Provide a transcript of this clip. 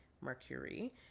Mercury